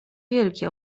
wielki